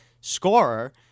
scorer